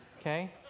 Okay